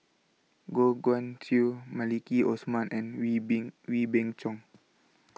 Goh Guan Siew Maliki Osman and Wee Beng Wee Beng Chong